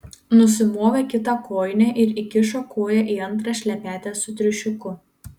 nusimovė kitą kojinę ir įkišo koją į antrą šlepetę su triušiuku